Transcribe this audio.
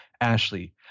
Ashley